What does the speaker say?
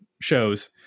shows